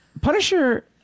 punisher